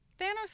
Thanos